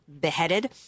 beheaded